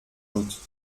doute